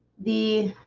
the